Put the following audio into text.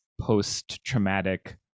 post-traumatic